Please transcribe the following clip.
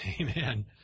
amen